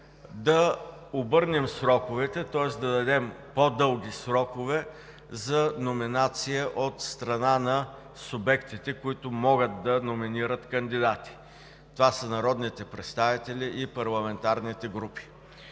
да обърнем сроковете, тоест да дадем по-дълги срокове за номинация от страна на субектите, които могат да номинират кандидати. Това са народните представители и парламентарните групи.